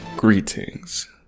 Greetings